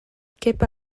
kepa